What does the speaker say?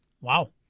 Wow